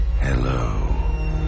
hello